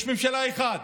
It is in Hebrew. יש ממשלה אחת